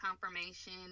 confirmation